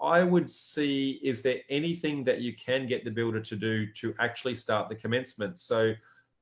i would see is there anything that you can get the builder to do to actually start the commencement so